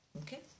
Okay